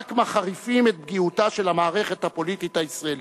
רק מחריפות את פגיעותה של המערכת הפוליטית הישראלית.